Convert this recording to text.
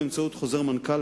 באמצעות חוזר מנכ"ל,